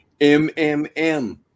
mmm